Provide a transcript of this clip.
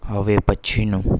હવે પછીનું